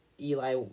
Eli